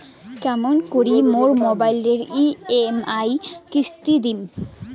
কেমন করি মোর মোবাইলের ই.এম.আই কিস্তি টা দিম?